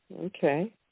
Okay